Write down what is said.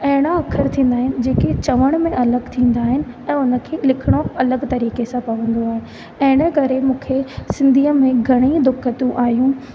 अहिड़ा अख़र थींदा आहिनि जेके चवण में अलॻि थींदा आहिनि ऐं उन खे लिखिणो अलॻि तरीक़े सां पवंदो आहे इन करे मूंखे सिंधीअ में घणेई दिक़तूं आहियूं